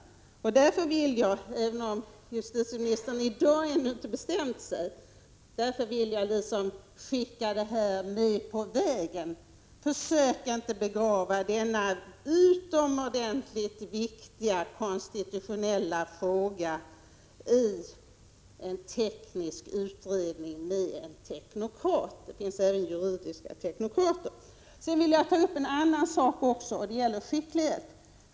Därför vill jag — även om justitieministern i dag ännu inte bestämt sig — skicka med detta på vägen: Försök inte begrava denna utomordentligt viktiga konstitutionella fråga i en teknisk utredning med en teknokrat — det finns även juridiska teknokrater. Jag vill också ta upp frågan om skicklighet.